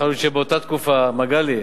יכול להיות שבאותה תקופה, מגלי,